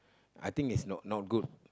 I think it's not not good